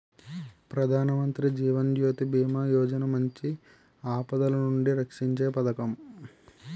ప్రధానమంత్రి జీవన్ జ్యోతి బీమా యోజన మంచి ఆపదలనుండి రక్షీంచే పదకం